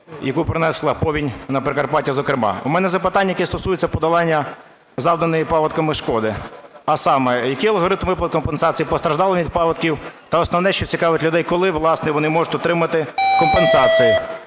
яку принесла повінь на Прикарпаття зокрема. У мене запитання, яке стосується подолання завданої паводками шкоди. А саме, який алгоритм виплат компенсацій постраждалим від паводків? Та основне, що цікавить людей, коли, власне, вони можуть отримати компенсації?